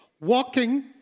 Walking